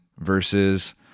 versus